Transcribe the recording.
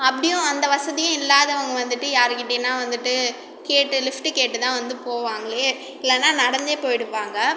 அப்படியும் அந்த வசதியும் இல்லாதவங்க வந்துவிட்டு யாருகிட்டேனா வந்துவிட்டு கேட்டு லிஃப்ட்டு கேட்டு தான் வந்து போவாங்களே இல்லைன்னா நடந்தே போய்விடுவாங்க